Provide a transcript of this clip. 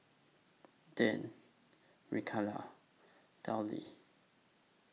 Deann Micayla Dellia